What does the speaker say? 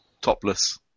topless